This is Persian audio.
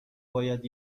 باید